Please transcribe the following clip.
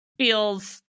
Feels